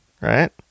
Right